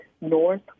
North